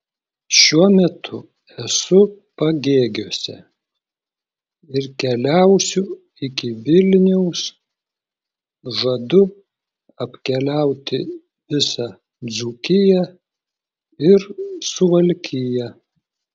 šiuo metu esu pagėgiuose ir keliausiu iki vilniaus žadu apkeliauti visą dzūkiją ir suvalkiją